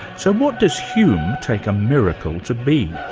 so what does hume take a miracle to be?